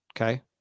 Okay